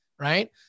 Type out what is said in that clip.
right